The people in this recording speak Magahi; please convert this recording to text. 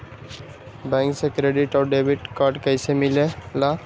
बैंक से क्रेडिट और डेबिट कार्ड कैसी मिलेला?